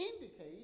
indicate